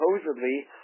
supposedly